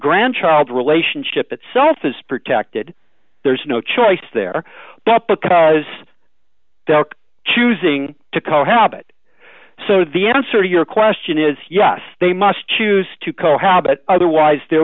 grandchild relationship itself is protected there's no choice there but because choosing to cohabit so the answer to your question is yes they must choose to co habit otherwise there